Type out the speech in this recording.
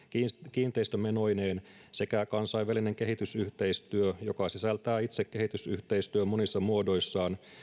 kiinteistömenoineen sekä toisaalta kansainvälinen kehitysyhteistyö joka sisältää itse kehitysyhteistyön monissa muodoissaan